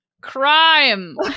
Crime